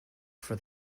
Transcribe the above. for